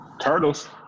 Turtles